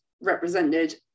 represented